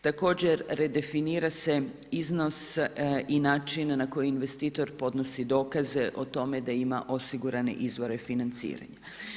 Također redefinira se iznos i način na koji investitor podnosi dokaze o tome da ima osigurane izvore financiranja.